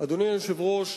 אדוני היושב-ראש,